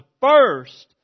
first